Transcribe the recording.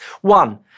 One